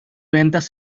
ventas